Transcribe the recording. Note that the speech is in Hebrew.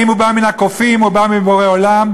האם הוא בא מן הקופים או מבורא עולם,